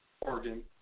Oregon